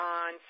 on